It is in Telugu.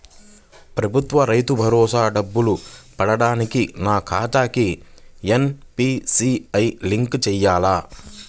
ప్రభుత్వ రైతు భరోసా డబ్బులు పడటానికి నా ఖాతాకి ఎన్.పీ.సి.ఐ లింక్ చేయాలా?